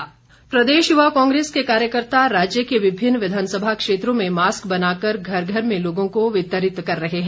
mask Congress प्रदेश युवा कांग्रेस के कार्यकर्ता राज्य के विभिन्न विधानसभा क्षेत्रों में मास्क बनाकर घर घर में लोगों को वितरित कर रहे हैं